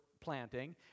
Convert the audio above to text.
planting